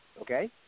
Okay